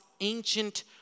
ancient